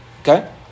Okay